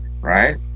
right